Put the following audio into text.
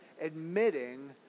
admitting